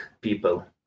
people